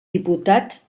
diputat